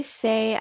say